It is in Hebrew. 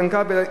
איתן כבל,